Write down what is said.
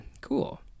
cool